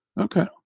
Okay